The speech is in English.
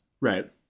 right